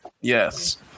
Yes